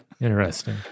interesting